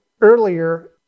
earlier